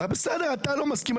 בסדר, אתה לא מסכים.